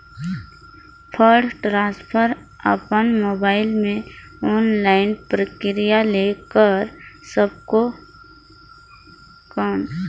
Fund transfer अपन mobile मे online प्रक्रिया ले कर सकबो कौन?